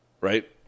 right